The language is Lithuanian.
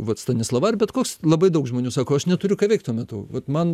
vat stanislava ar bet koks labai daug žmonių sako aš neturiu ką veikt tuo metu vat man